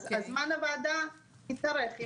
אז זמן הוועדה התאריך.